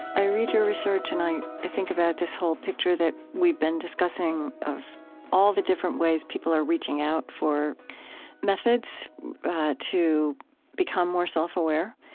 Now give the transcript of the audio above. i read your research, and i think about this whole picture that we've been discussing of all the different ways people are reaching out for methods to become more self-aware